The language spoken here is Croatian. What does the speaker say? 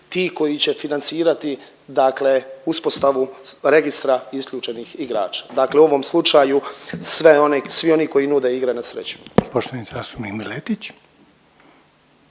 ti koji će financirati dakle uspostavu registra isključenih igrača. Dakle, u ovom slučaju sve one, svi oni koji nude igre na sreću.